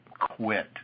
quit